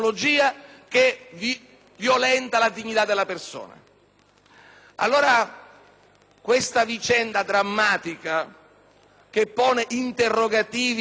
persona. Questa vicenda drammatica pone interrogativi straordinariamente